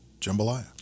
jambalaya